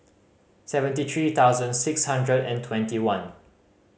seventy three thousand six hundred and twenty one